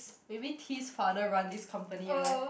maybe T's father run this company leh